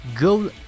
go